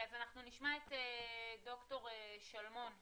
אז נשמע את דוקטור שלמון.